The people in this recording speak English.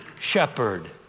shepherd